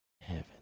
Heaven